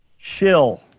chill